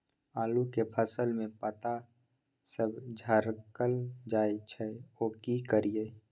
आलू के फसल में पता सब झरकल जाय छै यो की करियैई?